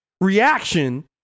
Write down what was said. reaction